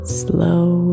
slow